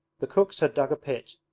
the cooks had dug a pit,